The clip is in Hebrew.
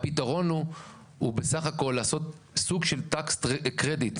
הפתרון הוא בסך הכל לעשות סוג של טקס-קרדיט.